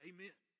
Amen